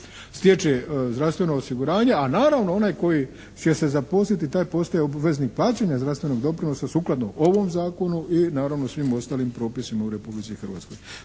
stječe zdravstveno osiguranje, a naravno onaj koji će se zaposliti taj postaje obveznik plaćanja zdravstvenog doprinosa sukladno ovom zakonu i naravno svim ostalim propisima u Republici Hrvatskoj.